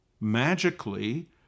magically